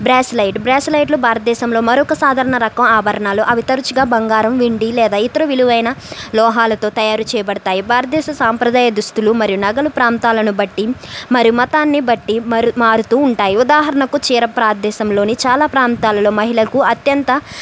bracelet బ్రాస్లైట్లు భారత దేశంలో మరొక సాధారణ రకం ఆభరణాలు అవి తరచుగా బంగారం వెండి లేదా ఇతర విలువైన లోహాలతో తయారుచేయబడతాయి భారతదేశ సాంప్రదాయ దుస్తులు మరియు నగలు ప్రాంతాలను బట్టి మరియు మతాన్ని బట్టి మారుతు ఉంటాయి ఉదాహరణకు చీర భారత దేశంలోని చాలా ప్రాంతాలలో మహిళలకు అత్యంత